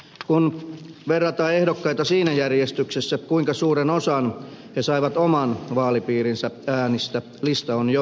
kun verrataan ehdokkaita siinä järjestyksessä kuinka suuren osan he saivat oman vaalipiirinsä äänistä lista on jo toisenlainen